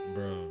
Bro